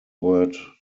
word